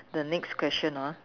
the next question ah